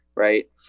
Right